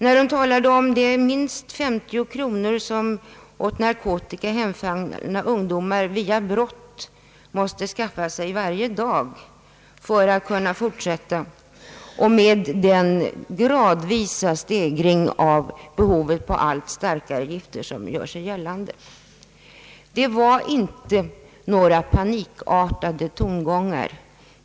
Där talades om att åt narkotika hemfallna ungdomar genom brott måste skaffa sig minst 50 kronor om dagen för att kunna fortsätta köpa narkotika, och om den gradvisa stegring i behovet av allt starkare gifter som gör sig gällande. Det var inte några panikartade tongångar.